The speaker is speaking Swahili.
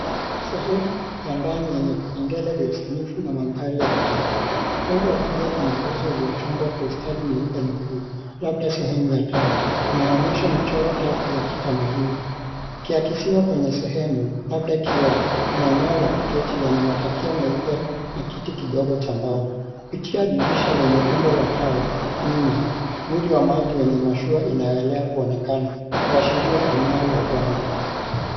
Sehemu ya ndani yenye vipengele vya usanifu na mandhari ya bahari. Upande wa kulia kuna nguzo uliochongwa kwa ustadi mweupe na buluu, labda sehemu ya 𝑡𝑎𝑜, inayoonyesha michoro tatu ya kitamaduni. Yakiakifiwa kwenye sehemu, labda 𝑘𝑖𝑜𝑜, kuna eneo la kuketi lenye matakia meupe 𝑛a kiti kidogo cha mbao. Kupitia dirisha lenye umbo la tao nyuma mwili wa maji wenye mashua inaelea kuonekana, kuashiria eneo la Pwani.